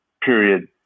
period